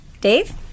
Dave